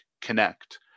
connect